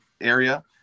area